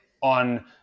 on